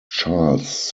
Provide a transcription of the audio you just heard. charles